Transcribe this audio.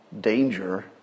danger